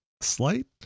slight